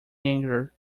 anger